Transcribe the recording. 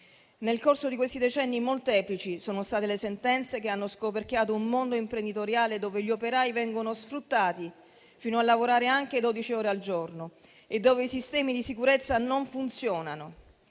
Nel corso di questi decenni molteplici sono state le sentenze che hanno scoperchiato un mondo imprenditoriale dove gli operai vengono sfruttati fino a lavorare anche dodici ore al giorno e dove i sistemi di sicurezza non funzionano.